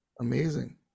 Amazing